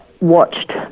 watched